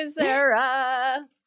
Sarah